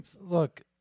look